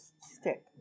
stick